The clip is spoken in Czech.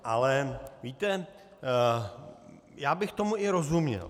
Ale víte, já bych tomu i rozuměl.